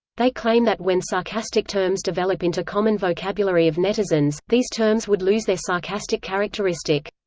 they claim that when sarcastic terms develop into common vocabulary of netizens, these terms would lose their sarcastic characteristic.